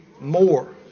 more